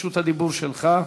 רשות הדיבור שלך.